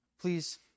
Please